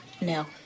no